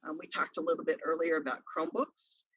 um we talked a little bit earlier about chromebooks.